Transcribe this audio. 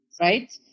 right